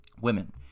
women